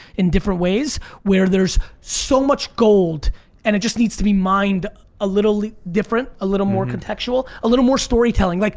in different ways. where there's so much gold and it just needs to be mined a little different, a little more contextual, a little more storytelling, like